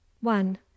One